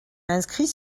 inscrit